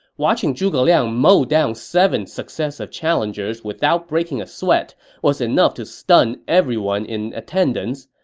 watching zhuge liang mow down seven successive challengers without breaking a sweat was enough to stun everyone in attendance,